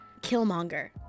Killmonger